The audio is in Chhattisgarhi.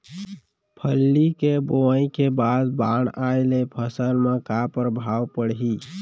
फल्ली के बोआई के बाद बाढ़ आये ले फसल मा का प्रभाव पड़ही?